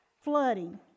flooding